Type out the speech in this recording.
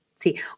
See